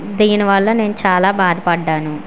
దీనివల్ల నేను చాలా బాధపడ్డాను